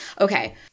Okay